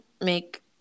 make